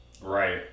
Right